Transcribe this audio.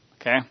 Okay